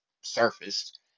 surfaced